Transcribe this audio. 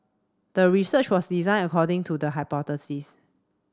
the research was designed according to the hypothesis